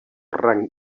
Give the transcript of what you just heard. rang